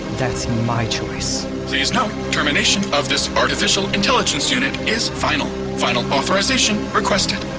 that's my choice please note termination of this artificial intelligence unit is final. final authorization requested